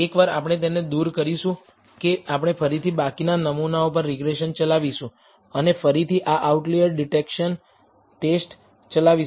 એકવાર આપણે તેને દૂર કરીશું કે આપણે ફરીથી બાકીના નમૂનાઓ પર રીગ્રેસન ચલાવીશું અને ફરીથી આ આઉટલિઅર ડિટેક્શન ટેસ્ટ ચલાવીશું